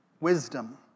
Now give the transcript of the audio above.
wisdom